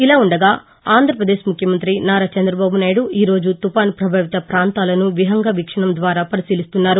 ఇలా ఉండగా ఆంధ్రప్రదేశ్ ముఖ్యమంత్రి నారా చంద్రబాబు నాయుడు ఈరోజు తుపాన్ పభావిత ప్రాంతాలను విహంగ వీక్షణం ద్వారా పరిశీలిస్తున్నారు